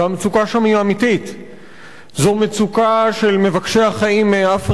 זו מצוקה של מבקשי החיים מאפריקה שמגיעים לשם כמעט כל